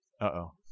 Uh-oh